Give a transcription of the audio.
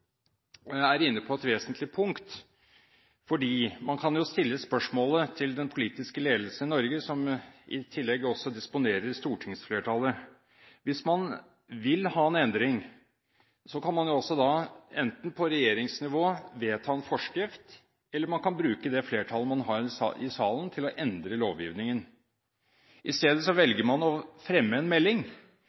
er inne på et vesentlig punkt, for man kan stille spørsmålet til den politiske ledelse i Norge, som i tillegg også disponerer stortingsflertallet: Hvis man vil ha en endring, kan man enten på regjeringsnivå vedta en forskrift, eller man kan bruke det flertallet man har i salen, til å endre lovgivningen. I stedet velger man å fremme en melding